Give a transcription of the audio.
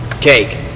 cake